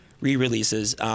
re-releases